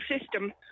system